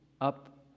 up